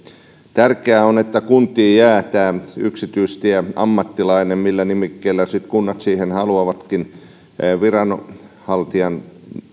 tärkeää on että kuntiin jää jää yksityistieammattilainen tai millä nimikkeellä kunnat sitten siihen haluavatkin viranhaltijan